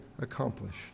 accomplished